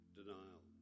denial